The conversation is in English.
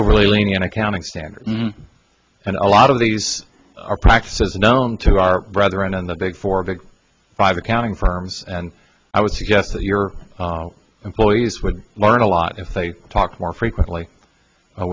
overly lenient accounting standards and a lot of these are practices known to our brother in the big four big five accounting firms and i would suggest that your employees would learn a lot if they talk more frequently